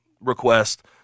request